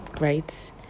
right